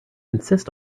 insist